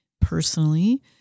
personally